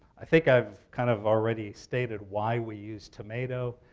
i think i've kind of already stated why we use tomato.